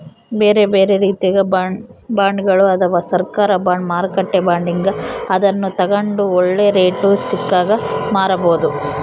ಬೇರೆಬೇರೆ ರೀತಿಗ ಬಾಂಡ್ಗಳು ಅದವ, ಸರ್ಕಾರ ಬಾಂಡ್, ಮಾರುಕಟ್ಟೆ ಬಾಂಡ್ ಹೀಂಗ, ಅದನ್ನು ತಗಂಡು ಒಳ್ಳೆ ರೇಟು ಸಿಕ್ಕಾಗ ಮಾರಬೋದು